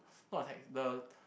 not attack the